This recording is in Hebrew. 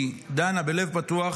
היא דנה בלב פתוח